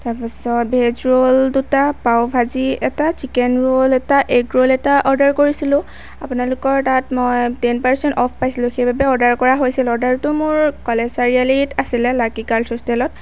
তাৰ পাছত veg roll দুটা পাও ভাজি এটা চিকেন ৰোল এটা এগ ৰোল এটা অৰ্ডাৰ কৰিছিলোঁ আপোনালোকৰ তাত মই টেন পাৰচেণ্ট অফ পাইছিলোঁ সেইবাবে অৰ্ডাৰ কৰা হৈছিল অৰ্ডাৰটো মোৰ কলেজ চাৰিআলিত আছিলে লাকী গাৰ্লচ হোষ্টেলত